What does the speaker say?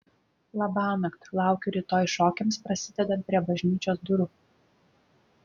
labanakt laukiu rytoj šokiams prasidedant prie bažnyčios durų